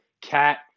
Cat